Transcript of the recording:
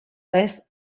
less